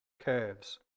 curves